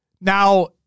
now